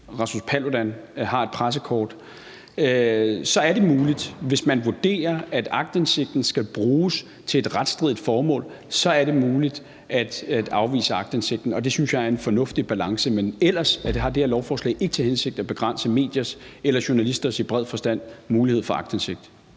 Rasmus Paludan har et pressekort – så er det muligt, hvis man vurderer, at aktindsigten skal bruges til et retsstridigt formål, at afvise aktindsigten. Og det synes jeg er en fornuftig balance. Men ellers har det lovforslag ikke til hensigt at begrænse mediers eller – i bred forstand – journalisters mulighed for aktindsigt.